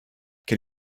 can